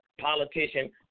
politician